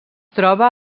troba